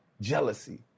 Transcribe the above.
jealousy